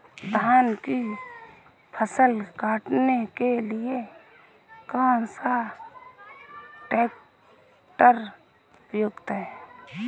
धान की फसल काटने के लिए कौन सा ट्रैक्टर उपयुक्त है?